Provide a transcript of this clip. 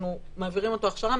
אנחנו מעבירים אותו הכשרה,